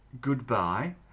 goodbye